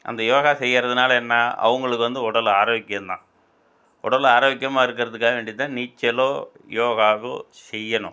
அந்த யோகா செய்கிறதுனால என்ன அவங்களுக்கு வந்து உடல் ஆரோக்கியந்தான் உடல் ஆரோக்கியமா இருக்கிறதுக்காக வேண்டி தான் நீச்சலோ யோகாவோ செய்யணும்